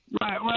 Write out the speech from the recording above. Right